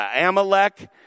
Amalek